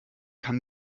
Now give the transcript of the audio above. kann